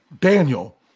Daniel